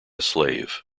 slave